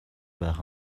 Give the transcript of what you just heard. байх